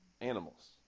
animals